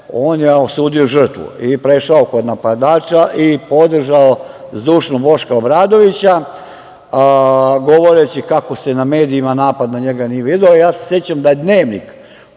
on je osudio žrtvu i prešao kod napadača i podržao zdušno Boška Obradovića, govoreći kako se na medijima napad na njega nije video. Ja se sećam da je odmah